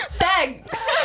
thanks